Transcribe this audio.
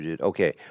Okay